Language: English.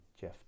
Jeff